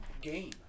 game